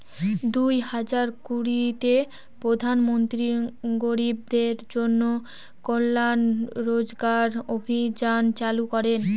দুই হাজার কুড়িতে প্রধান মন্ত্রী গরিবদের জন্য কল্যান রোজগার অভিযান চালু করেন